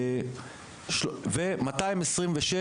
226